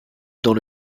dans